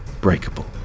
breakable